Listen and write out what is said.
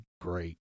great